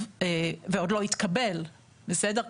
ועוד לא התקבל, בסדר?